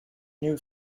new